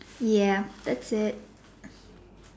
ya that's it